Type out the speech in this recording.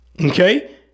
Okay